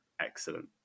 excellent